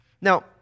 Now